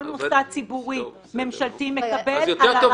כל מוסד ציבורי ממשלתי מקבל --- יותר טוב